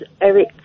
Eric